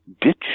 ditch